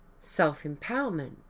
self-empowerment